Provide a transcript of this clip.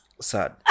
Sad